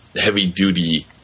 heavy-duty